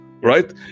right